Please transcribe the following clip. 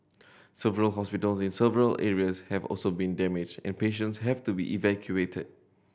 several hospitals in several areas have also been damaged and patients had to be evacuated